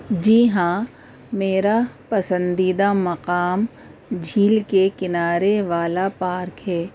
جی ہاں میرا پسندیدہ مقام جھیل کے کنارے والا پارک ہے